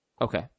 Okay